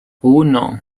uno